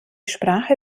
sprache